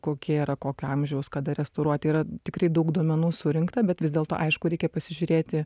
kokie yra kokio amžiaus kada restauruoti yra tikrai daug duomenų surinkta bet vis dėlto aišku reikia pasižiūrėti